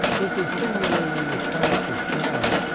was a singularly attractive child,